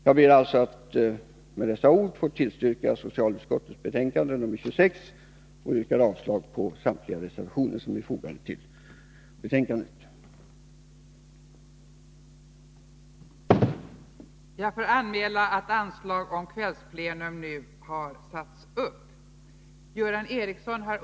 Jag ber med dessa ord att få tillstyrka hemställan i socialutskottets betänkande 26 och yrkar avslag på samtliga reservationer som är fogade till detta.